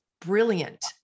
brilliant